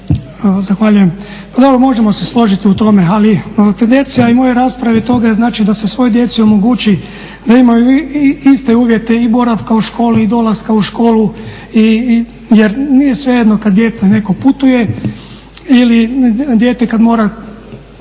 Zahvaljujem. Pa dobro možemo se složiti u tome, ali tendencija i moje rasprave je to da se znači svoj djeci omogući da imaju iste uvjete i boravka u školi i dolaska u školu jer nije svejedno kad dijete neko putuje ili dijete kad mora